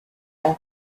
the